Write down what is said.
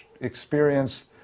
experienced